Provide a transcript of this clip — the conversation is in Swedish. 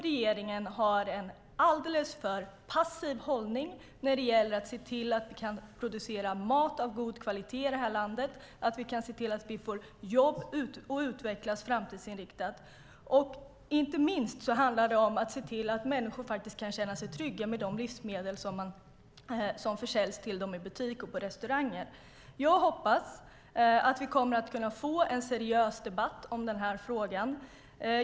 Regeringen har en alltför passiv hållning när det gäller att se till att vi kan producera mat av god kvalitet i landet och när det gäller att se till att vi kan få jobb och att vi kan utvecklas framtidsinriktade. Inte minst handlar det om att se till att människor kan känna sig trygga med de livsmedel som säljs till dem i butiker och restauranger. Jag hoppas att vi kan få en seriös debatt i denna fråga.